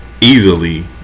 easily